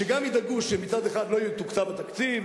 שגם ידאגו שמצד אחד לא יתוקצב התקציב,